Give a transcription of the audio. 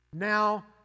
now